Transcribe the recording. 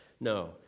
No